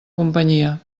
companyia